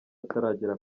ataragera